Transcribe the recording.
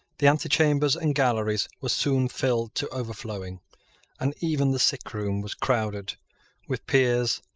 the antechambers and galleries were soon filled to overflowing and even the sick room was crowded with peers,